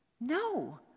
No